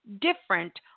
different